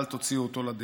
אל תוציאו אותו לדרך.